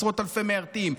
עשרות אלפי מיירטים,